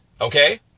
okay